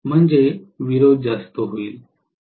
म्हणजे विरोध जास्त होईल